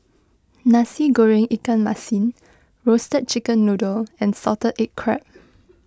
Nasi Goreng Ikan Masin Roasted Chicken Noodle and Salted Egg Crab